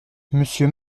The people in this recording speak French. monsieur